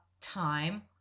time